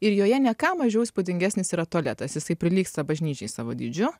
ir joje ne ką mažiau įspūdingesnis yra tualetas jisai prilygsta bažnyčiai savo dydžiu